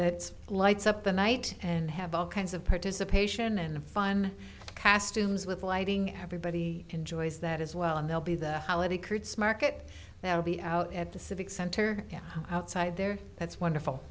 it's lights up the night and have all kinds of participation and fun cast to mess with lighting everybody enjoys that as well and they'll be the holiday kreutz market that will be out at the civic center outside there that's wonderful